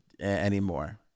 anymore